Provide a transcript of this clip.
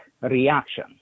reaction